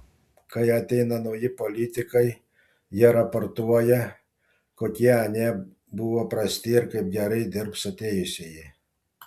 kai ateina nauji politikai jie raportuoja kokie anie buvo prasti ir kaip gerai dirbs atėjusieji